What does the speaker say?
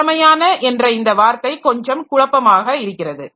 திறமையான என்ற இந்த வார்த்தை கொஞ்சம் குழப்பமாக இருக்கிறது